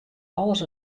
alles